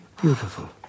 beautiful